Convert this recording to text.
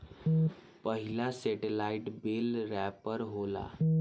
पहिला सेटेलाईट बेल रैपर होला